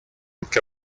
que